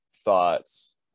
thoughts